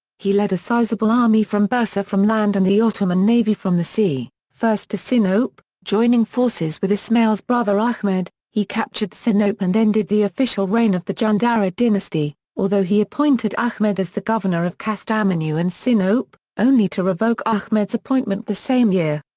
he led a sizable army from bursa from land and the ottoman navy from the sea, first to sinope, joining forces with ismail's brother ahmed, he captured sinope and ended the official reign of the jandarid dynasty, although he appointed ahmed as the governor of kastamonu and sinope, only to revoke ahmed's appointment the same year.